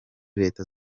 leta